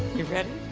you ready?